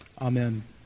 Amen